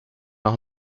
auch